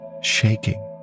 shaking